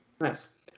Nice